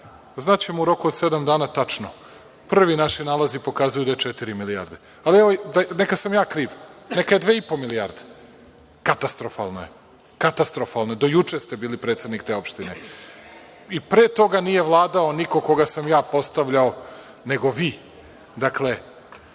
Znaćemo u roku od sedam dana tačno. Prvi, naši nalozi pokazuju da je četiri milijarde. Ali, neka sam ja kriv. Neka je 2,5 milijarde, katastrofalno je, do juče ste bili predsednik te opštine i pre toga nije vladao niko koga sam ja postavljao nego vi. Dakle,